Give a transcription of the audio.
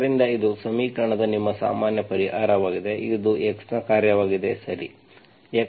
ಆದ್ದರಿಂದ ಇದು ಸಮೀಕರಣದ ನಿಮ್ಮ ಸಾಮಾನ್ಯ ಪರಿಹಾರವಾಗಿದೆ ಇದು x ನ ಕಾರ್ಯವಾಗಿದೆ ಸರಿ x ಮತ್ತು y ನ ಕಾರ್ಯ